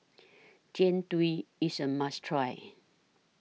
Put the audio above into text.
Jian Dui IS A must Try